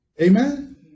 Amen